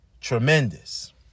tremendous